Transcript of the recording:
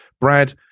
Brad